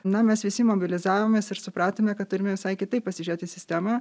na mes visi mobilizavomės ir supratome kad turime visai kitaip pasižiūrėt į sistemą